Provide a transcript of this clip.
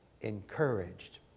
encouraged